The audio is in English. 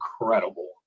incredible